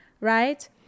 right